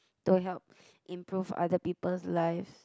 to help improve other people's lives